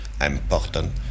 important